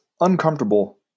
uncomfortable